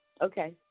Okay